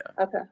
okay